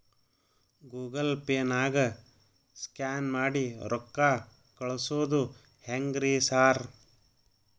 Google ಪೇನಾಗ scan ಮಾಡಿ ರೊಕ್ಕಾ ಕಳ್ಸೊದು ಹೆಂಗ್ರಿ ಸಾರ್?